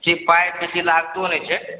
जी पाइ बेसी लागतो नहि छै